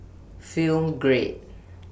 Film Grade